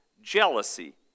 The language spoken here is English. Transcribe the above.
Jealousy